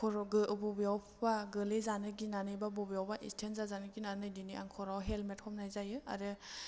खर' बबेयावबा गोलैजानो गिनानै बा बबेयावबा एस्तेन जाजानो गिनानै इदिनो आं खर'आव हेलमेट हमनाय जायो आरो